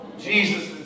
Jesus